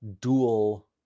dual